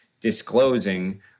Disclosing